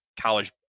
college